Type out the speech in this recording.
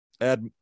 add